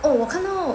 orh 我看到